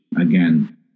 Again